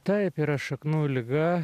taip yra šaknų liga